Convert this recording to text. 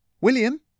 William